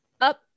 Up